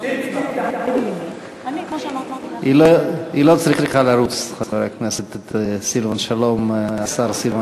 היא לא צריכה לרוץ, חבר הכנסת סילבן שלום, השר.